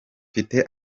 mfite